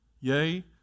Yea